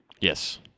Yes